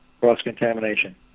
cross-contamination